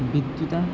विद्युता